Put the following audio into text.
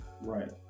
right